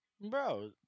Bro